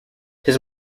his